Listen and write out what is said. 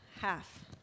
half